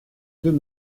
deux